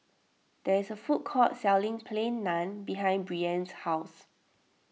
there is a food court selling Plain Naan behind Brianne's house